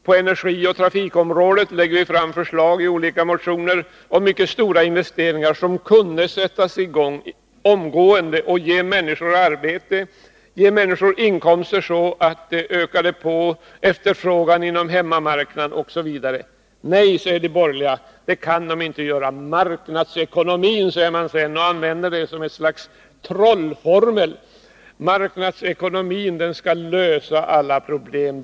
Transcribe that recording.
På energioch trafikområdet lägger vi fram förslag i olika motioner om mycket stora investeringar, som kunde sättas i gång omgående och ge människor arbete och inkomster så att efterfrågan inom hemmamarknaden ökades osv. Nej, säger de borgerliga, det kan vi inte göra. Marknadsekonomin, säger man sedan, och använder den som ett slags trollformel, skall lösa alla problem.